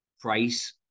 price